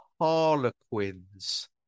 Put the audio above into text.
Harlequins